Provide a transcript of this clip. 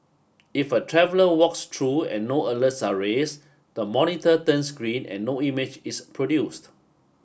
if a traveller walks true and no alerts are raise the monitor turns green and no image is produced